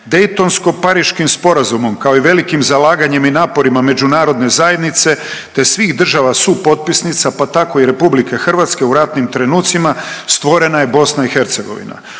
Daytonsko-pariškim sporazumom kao i velikim zalaganjem i naporima međunarodne zajednice te svih država supotpisnica, pa tako i Republike Hrvatske u ratnim trenucima stvorena je Bosna i Hercegovina.